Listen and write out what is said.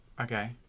Okay